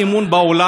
ולא רק בעולם,